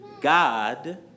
God